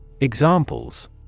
Examples